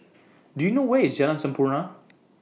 Do YOU know Where IS Jalan Sampurna